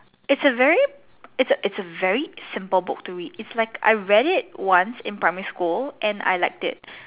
it's a very it's a it's a very simple book to read it's like I read it once in primary school and I liked it